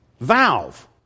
valve